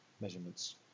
measurements